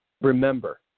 remember